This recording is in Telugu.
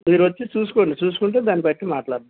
మీరొచ్చి చూసుకోండి చూసుకుంటే దాన్ని బట్టి మాట్లాడదాము